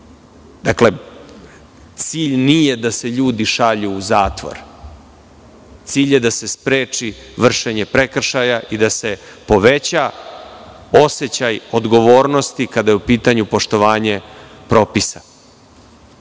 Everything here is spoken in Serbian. cilj nije da se ljudi šalju u zatvor, cilj je da se spreči vršenje prekršaja i da se poveća osećaj odgovornosti kada je u pitanju poštovanje propisa.